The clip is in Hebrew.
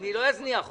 לא אזניח אותך.